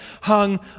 hung